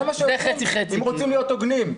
זה מה שעושים אם רוצים להיות הוגנים.